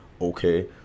okay